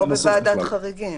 או שאושר בוועדת חריגים.